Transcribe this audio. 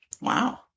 Wow